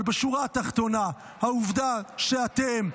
אבל בשורה התחתונה העובדה שאתם,